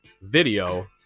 video